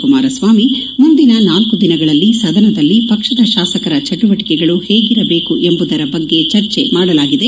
ಕುಮಾರಸ್ವಾಮಿ ಮುಂದಿನ ನಾಲ್ಕು ದಿನಗಳಲ್ಲಿ ಸದನದಲ್ಲಿ ಪಕ್ಷದ ಶಾಸಕರ ಚಟುವಟಿಕೆಗಳು ಹೇಗಿರಬೇಕು ಎಂಬುದರ ಬಗ್ಗೆ ಚರ್ಚೆ ಮಾಡಲಾಗಿದೆ